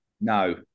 No